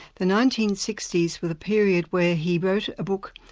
the nineteen sixty s were the period where he wrote a book,